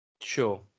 Sure